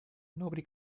nobody